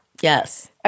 Yes